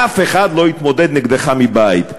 אף אחד לא יתמודד נגדך מבית.